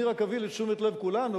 אני רק אביא לתשומת לב כולנו,